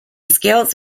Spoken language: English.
scales